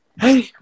Hey